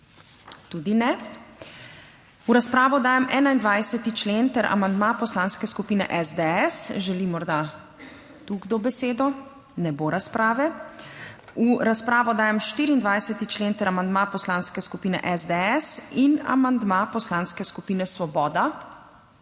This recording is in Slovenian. Tudi ne. V razpravo dajem 21. člen ter amandma Poslanske skupine SDS. Želi morda kdo besedo? Ne bo razprave. V razpravo dajem 24. člen ter amandma Poslanske skupine SDS in amandma Poslanske skupine Svoboda.